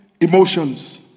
emotions